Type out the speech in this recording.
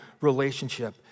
relationship